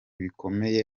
bikomeye